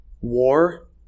war